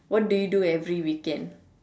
what do you do every weekend